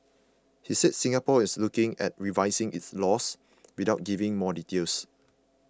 he said Singapore is looking at revising its laws without giving more details